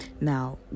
Now